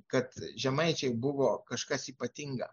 kad žemaičiai buvo kažkas ypatinga